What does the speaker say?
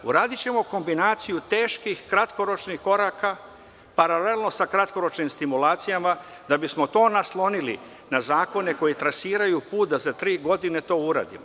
Uradićemo kombinaciju teških kratkoročnih koraka, paralelno sa kratkoročnim stimulacijama, da bismo to naslonili na zakone koji trasiraju put da za tri godine to uradimo.